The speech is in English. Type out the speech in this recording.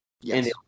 Yes